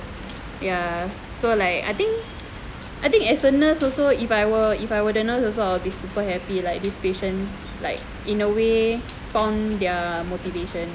ya so like I think I think as a nurse also if I were if I were the nurse also I'll be super happy like this patient like in a way found their motivation